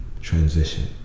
transition